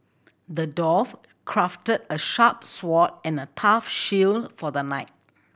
the dwarf crafted a sharp sword and a tough shield for the knight